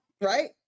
right